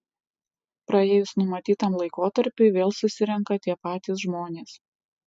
praėjus numatytam laikotarpiui vėl susirenka tie patys žmonės